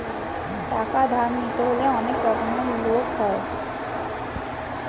টাকা ধার নিতে হলে অনেক রকমের লোক হয়